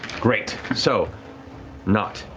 great, so nott,